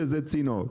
איזה צינור.